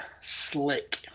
Slick